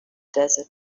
desert